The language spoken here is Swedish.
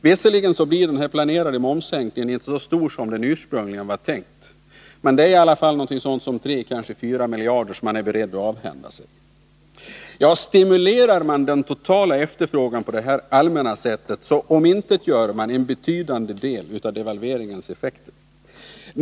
Visserligen blir den planerade momssänkningen nu inte så stor som den ursprungligen var tänkt, men det är i alla fall 3 eller kanske 4 miljarder som man är beredd att avhända sig. Stimulerar man den totala efterfrågan på detta allmänna sätt, så omintetgör man en betydande del av devalveringens effekter.